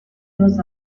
los